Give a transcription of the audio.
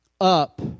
up